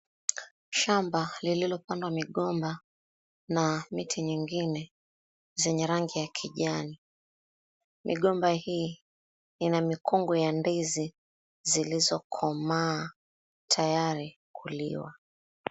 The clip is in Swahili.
Shamba lililo pandwa migomba na miti nyingine zenye rangi ya kujani. Migomba hii ina mikungu ya ndizi zilizokomaa tayari kulilwa.